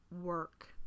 work